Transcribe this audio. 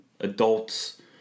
adults